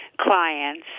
clients